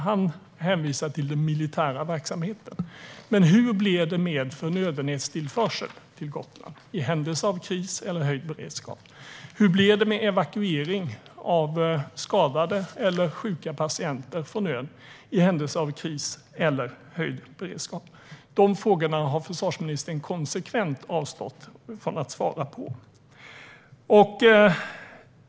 Han hänvisar till den militära verksamheten. Men hur blir det med förnödenhetstillförseln till Gotland i händelse av kris eller höjd beredskap? Hur blir det med evakuering av skadade eller sjuka patienter från ön i händelse av kris eller höjd beredskap? De frågorna har försvarsministern konsekvent avstått från att svara på.